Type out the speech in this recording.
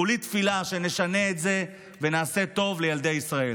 כולי תפילה שנשנה את זה ונעשה טוב לילדי ישראל.